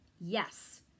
Yes